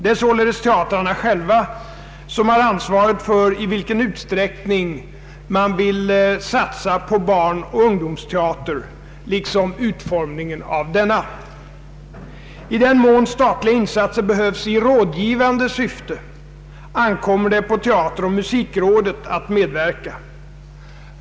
Det är således teatrarna själva som har ansvaret för i vilken utsträckning man vill satsa på barnoch ungdomsteater liksom utformningen av denna. I den mån statliga insatser behövs i rådgivande syfte ankommer det på teateroch musikrådet att medverka.